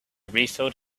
refilled